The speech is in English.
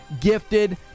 gifted